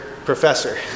Professor